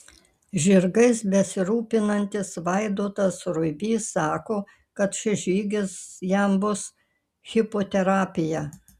žirgais besirūpinantis vaidotas ruibys sako kad šis žygis jam bus hipoterapija